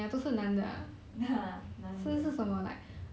ya 男的